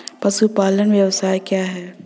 पशुपालन व्यवसाय क्या है?